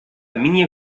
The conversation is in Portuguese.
minha